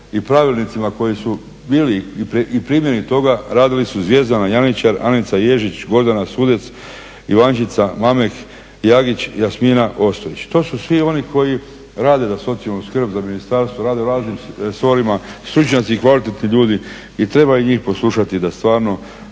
i pravilnicima koji su bili i primjeri toga radili su Zvjezdana Janjičar, Anica Ježić, Gordana Sudec, Ivančica Mamek Jagić, Jasmina Ostojić. To su svi oni koji rade za socijalnu skrb, za ministarstvo, rade u raznim resorima stručnjaci i kvalitetni ljudi i treba i njih poslušati da stvarno,